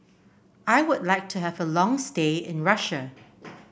I would like to have a long stay in Russia